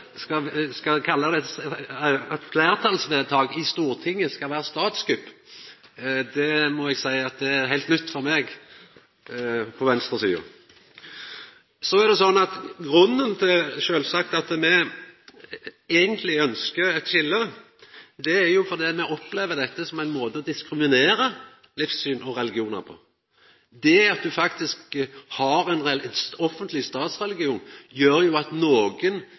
fleirtalsvedtak i Stortinget skal vera statskupp, må eg seia er heilt nytt for meg på venstresida. Grunnen til at me eigentleg ønskjer eit skilje, er at me opplever dette som ein måte å diskriminera livssyn og religionar på. Det at ein faktisk har ein